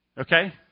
Okay